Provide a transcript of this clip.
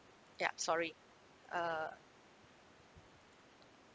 ya sorry uh